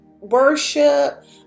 worship